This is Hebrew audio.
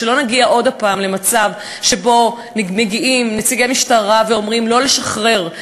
שלא נגיע עוד פעם למצב שמגיעים נציגי משטרה ואומרים: לא לשחרר,